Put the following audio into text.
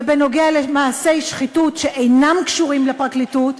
ובנוגע למעשי שחיתות שאינם קשורים לפרקליטות,